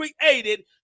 created